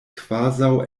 kvazaŭ